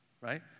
right